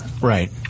Right